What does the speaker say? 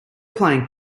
playing